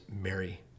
Mary